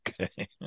Okay